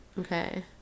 okay